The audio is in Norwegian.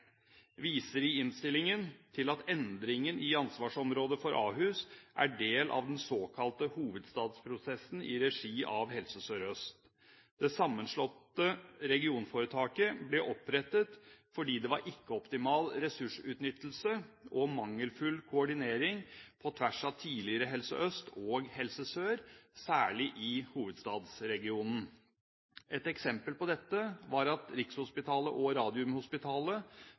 viser i innstillingen til at endringen i ansvarsområdet for Ahus er del av den såkalte hovedstadsprosessen i regi av Helse Sør-Øst. Det sammenslåtte regionforetaket ble opprettet fordi det var en ikke-optimal ressursutnyttelse og mangelfull koordinering på tvers av tidligere Helse Øst og Helse Sør, særlig i hovedstadsregionen. Et eksempel på dette var at Rikshospitalet og Radiumhospitalet,